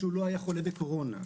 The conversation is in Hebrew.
שלא היה חולה בקורונה,